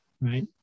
right